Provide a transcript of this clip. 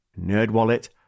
NerdWallet